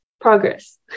progress